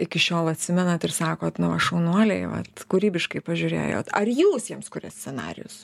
iki šiol atsimenat ir sakot nu va šaunuoliai vat kūrybiškai pažiūrėjot ar jūs jiems kuriat scenarijus